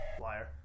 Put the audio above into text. Liar